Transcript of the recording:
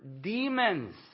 demons